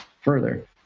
further